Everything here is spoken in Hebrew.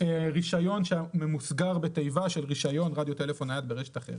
רישיון שממוסגר בתיבה של רישיון רדיו טלפון נייד ברשת אחרת.